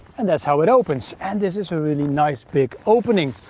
and that's how it opens, and this is a really nice, big opening.